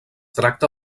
tracta